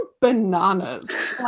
bananas